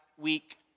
week